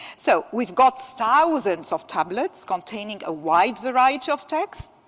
so we've got thousands of tablets containing a wide variety of text,